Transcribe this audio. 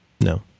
No